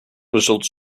results